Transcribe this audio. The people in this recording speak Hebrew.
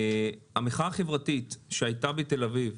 המחאה החברתית שהייתה בתל אביב,